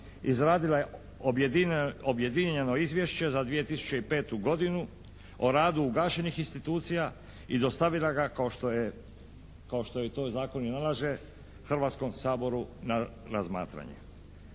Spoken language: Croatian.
izradila objedinjeno izvješće za 2005. godinu o radu ugašenih institucija i dostavila ga kao što joj to i zakon nalaže, Hrvatskom saboru na razmatranje.